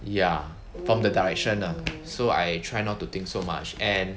ya from the direction lah so I try not to think so much and